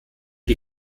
die